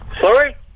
Sorry